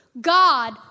God